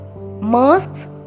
masks